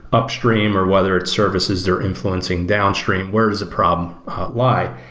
upstream, or whether it's services they're influencing downstream. where does the problem lie?